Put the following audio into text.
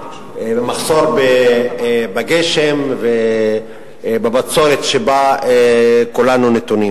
במחסור בגשם ובבצורת שבה כולנו נתונים,